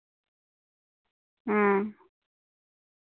ᱦᱮᱸ